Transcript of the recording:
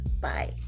Bye